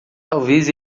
talvez